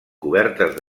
cobertes